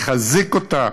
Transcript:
לחזק אותה,